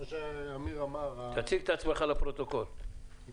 אני